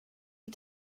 you